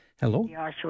Hello